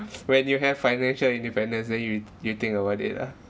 when you have financial independence then you you think about it lah